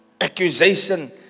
Accusation